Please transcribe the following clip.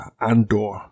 Andor